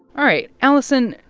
all right. alison,